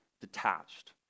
detached